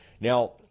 now